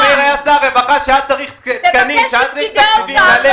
תשאל את פקידי משרד האוצר.